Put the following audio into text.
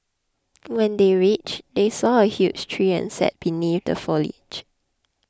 when they reached they saw a huge tree and sat beneath the foliage